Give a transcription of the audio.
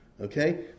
okay